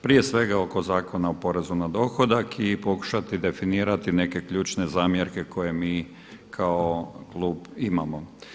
Prije svega oko Zakona o poreza na dohodak i pokušati definirati neke ključne zamjerke koje mi kao klub imamo.